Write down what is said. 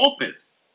offense